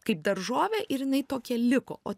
kaip daržovę ir jinai tokia liko o